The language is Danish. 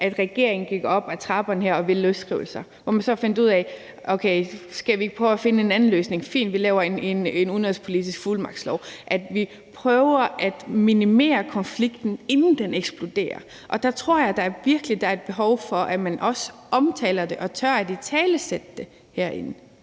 at regeringen gik op ad trapperne her og ville løsrive sig. Så nåede man frem til, om ikke vi skulle prøve at finde en anden løsning. Fint, vi laver en udenrigspolitisk fuldmagtslov. Vi prøver at minimere konflikten, inden den eksploderer, og jeg tror virkelig, der er et behov for, at man også omtaler det og tør at italesætte det herinde.